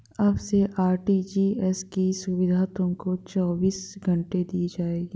अब से आर.टी.जी.एस की सुविधा तुमको चौबीस घंटे दी जाएगी